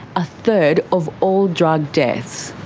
a third of all drug deaths.